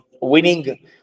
winning